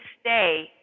stay